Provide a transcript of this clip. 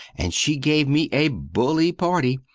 and she gave me a bully party,